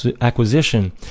acquisition